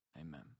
Amen